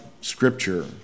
Scripture